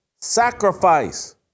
Sacrifice